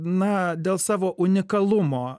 na dėl savo unikalumo